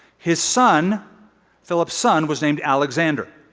his son philip's son was named alexander.